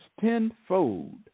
tenfold